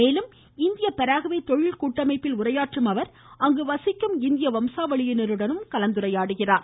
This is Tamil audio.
மேலும் இந்திய பராகுவே தொழில் கூட்டமைப்பில் உரையாற்றும் அவர் அங்கு வசிக்கும் இந்திய வம்சாவளியினருடன் கலந்துரையாடுகிறார்